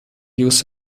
use